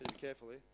carefully